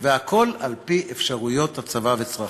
והכול על-פי אפשרויות הצבא וצרכיו".